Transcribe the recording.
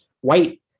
white